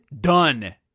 Done